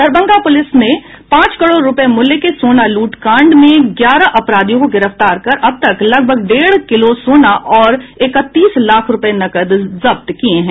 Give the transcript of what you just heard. Darbhanga police ने पांच करोड़ रुपये मूल्य के सोना लूट कांड में ग्यारह अपराधियों को गिरफ्तार कर अब तक लगभग डेढ़ किलो सोना और इकतीस लाख रुपये नकद जब्त किये हैं